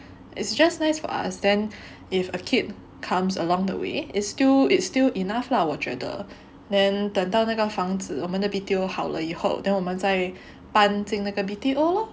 it's just nice for us then if a kid comes along the way is still is still enough lah 我觉得 then 等到那个房子我们的 B_T_O 好了以后 then 我们再搬进那个 B_T_O lor